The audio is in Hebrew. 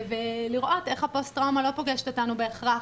ולראות איך הפוסט טראומה לא פוגשת אותנו בהכרח